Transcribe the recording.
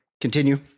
Continue